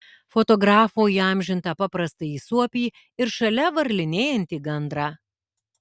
fotografo įamžintą paprastąjį suopį ir šalia varlinėjantį gandrą